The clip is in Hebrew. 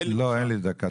לא, אין לי דקה.